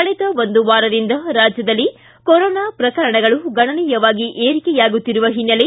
ಕಳೆದ ಒಂದು ವಾರದಿಂದ ರಾಜ್ಯದಲ್ಲಿ ಕೊರೋನಾ ಪ್ರಕರಣಗಳು ಗಣನೀಯವಾಗಿ ಏರಿಕೆಯಾಗುತ್ತಿರುವ ಹಿನ್ನೆಲೆ